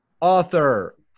author